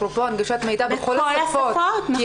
אפרופו הנגשת מידע בכל השפות.